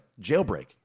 jailbreak